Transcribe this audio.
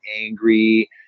angry